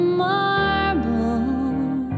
marble